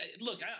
look